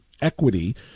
equity